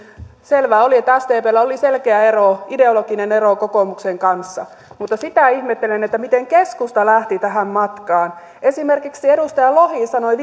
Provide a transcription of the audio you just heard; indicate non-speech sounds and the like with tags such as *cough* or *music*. selvää oli että sdpllä oli selkeä ero ideologinen ero kokoomuksen kanssa mutta sitä ihmettelen miten keskusta lähti tähän matkaan esimerkiksi edustaja lohi sanoi *unintelligible*